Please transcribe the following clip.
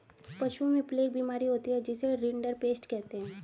पशुओं में प्लेग बीमारी होती है जिसे रिंडरपेस्ट कहते हैं